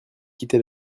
quitté